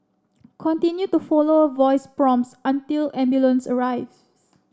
continue to follow a voice prompts until ambulance arrives